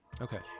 Okay